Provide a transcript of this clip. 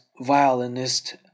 violinist